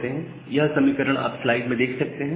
यह समीकरण आप स्लाइड में देख सकते हैं